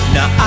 Now